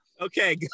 okay